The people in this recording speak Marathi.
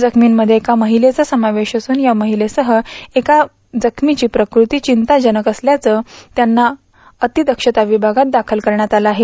जखमीमध्ये एक्र महिलेचा समावेश असून या मशिलेसह एका जखमीची प्रकृती चिंताजनक असल्यानं त्यांना अतिदक्षता विभागात दाखल केलं आहे